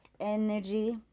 energy